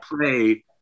play